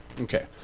Okay